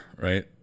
right